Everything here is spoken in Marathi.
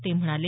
ते म्हणाले